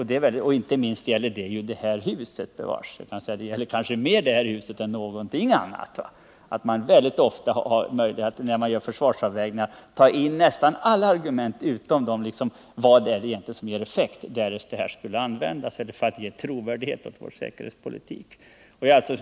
Det gäller bevars också inom detta hus — här kanske mer än någon annanstans — att man när man gör försvarsavvägningar tar in nästan alla andra argument än de som avser att ge en större effekt, om de insatser de gäller kommer till användning, alltså frågan om vad som ger störst trovärdighet åt vår säkerhetspolitik.